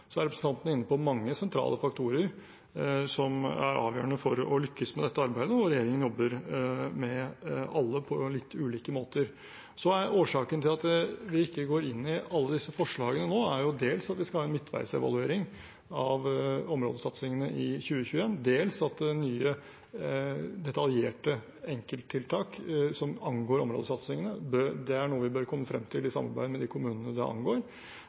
er inne på mange sentrale faktorer som er avgjørende for å lykkes med dette arbeidet, og regjeringen jobber med alle, på litt ulike måter. Årsaken til at vi ikke går inn i alle disse forslagene nå, er dels at vi skal ha en midtveisevaluering av områdesatsingene i 2021, dels at nye detaljerte enkelttiltak som angår områdesatsingene, er noe vi bør komme frem til i samarbeid med de kommunene det angår,